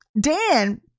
Dan